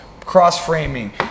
cross-framing